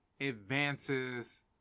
advances –